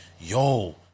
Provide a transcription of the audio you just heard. yo